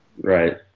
right